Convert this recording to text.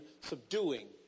Subduing